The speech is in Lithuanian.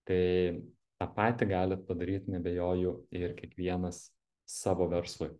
tai tą patį galit padaryt neabejoju ir kiekvienas savo verslui